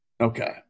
Okay